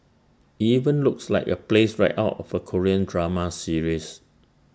IT even looks like A place right out of A Korean drama series